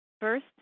First